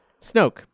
Snoke